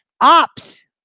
ops